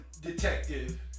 detective